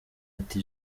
ati